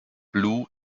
blue